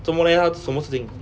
怎么 leh 他什么事情